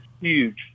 huge